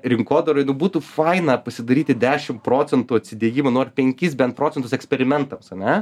rinkodaroj nu būtų faina pasidaryti dešim procentų atsidėjimo nu ar penkis bent procentus eksperimentams ane